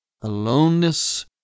Aloneness